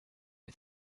who